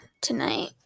tonight